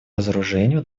разоружению